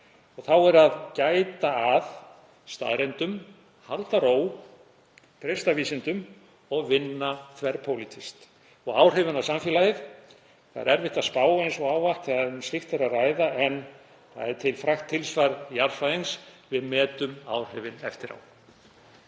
Þá er að gæta að staðreyndum, halda ró, treysta vísindum og vinna þverpólitískt. Um áhrifin á samfélagið er erfitt að spá eins og ávallt þegar um slíkt er að ræða en það er til frægt tilsvar jarðfræðings: Við metum áhrifin eftir á.